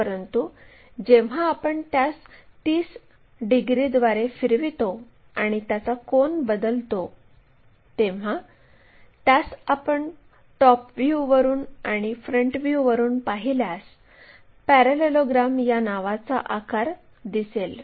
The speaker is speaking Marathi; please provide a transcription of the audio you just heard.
परंतु जेव्हा आपण त्यास 30 डिग्रीद्वारे फिरवितो आणि त्याचा कोन बदलतो तेव्हा त्यास आपण टॉप व्ह्यूवरून आणि फ्रंट व्ह्यूवरून पाहिल्यास पॅरालेलोग्रॅम या नावाचा आकार दिसेल